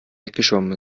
weggeschwommen